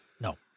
No